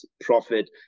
profit